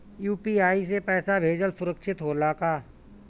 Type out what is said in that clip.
UPI से पैसा भेजल सुरक्षित होला का?